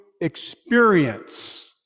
experience